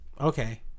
Okay